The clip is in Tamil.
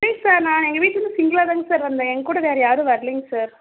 ப்ளீஸ் சார் நான் எங்கள் வீட்டுலேருந்து சிங்கிளாக தாங்க சார் வந்தேன் என்கூட வேறு யாரும் வரலிங்க சார்